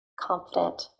confident